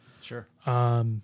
Sure